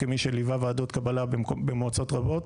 כמי שליווה ועדות קבלה במועצות רבות,